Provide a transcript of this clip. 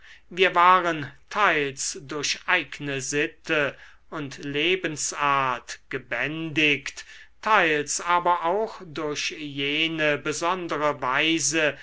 wir waren teils durch eigne sitte und lebensart gebändigt teils aber auch durch jene besondere weise